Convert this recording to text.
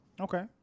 Okay